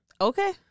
Okay